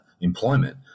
employment